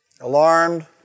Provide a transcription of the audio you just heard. Alarmed